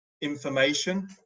information